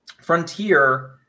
Frontier